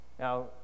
Now